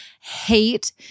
hate